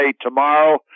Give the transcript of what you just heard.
tomorrow